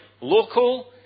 local